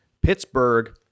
Pittsburgh